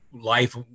life